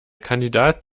kandidat